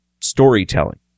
storytelling